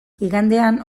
igandean